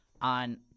on